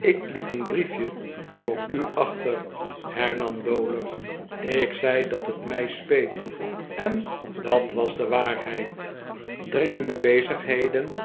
ik liet een brief je voor u achter hernam dowler ik zei dat het mij speet en dat was de waarheid dringende bezigheden